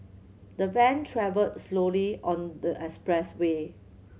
the van travelled slowly on the expressway